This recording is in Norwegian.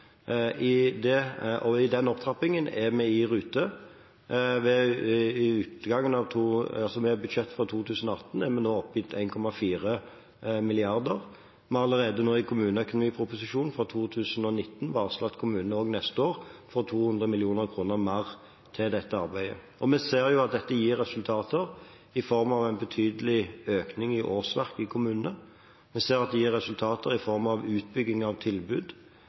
I den opptrappingen er vi i rute. Med budsjettet for 2018 er vi nå oppe i 1,4 mrd. kr. Vi har allerede i kommuneproposisjonen for 2019 varslet at kommunene også neste år får 200 mill. kr mer til dette arbeidet. Vi ser at dette gir resultater i form av en betydelig økning i årsverk i kommunene. Vi ser at det gir resultater i form av utbygging av tilbud.